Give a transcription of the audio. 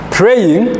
praying